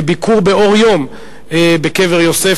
לביקור באור יום בקבר יוסף,